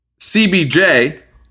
CBJ